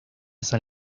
san